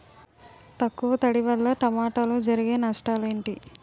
తక్కువ తడి వల్ల టమోటాలో జరిగే నష్టాలేంటి?